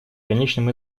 конечном